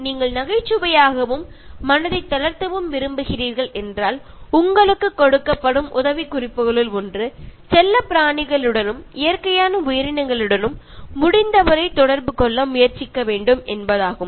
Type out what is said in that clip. நீங்கள் நகைச்சுவையாகவும் மனதைத் தளர்த்தவும் விரும்புகிறீர்கள் என்றால் உங்களுக்கு கொடுக்கப்படும் உதவிக்குறிப்புகளில் ஒன்று செல்லப்பிராணிகளுடனும் இயற்கையான உயிரினங்களுடனும் முடிந்தவரை தொடர்பு கொள்ள முயற்சிக்க வேண்டும் என்பதாகும்